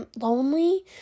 lonely